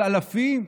של אלפים,